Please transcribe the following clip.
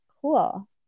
cool